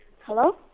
Hello